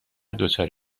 دچار